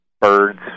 birds